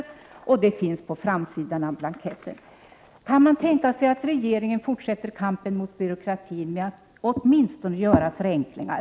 Det finns uppgifter därom på framsidan av blanketten. Kan man tänka sig att regeringen fortsätter kampen mot byråkratin genom att åtminstone åstadkomma förenklingar?